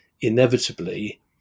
inevitably